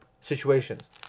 situations